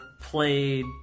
played